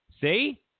See